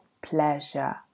pleasure